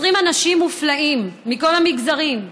20 אנשים מופלאים מכל המגזרים,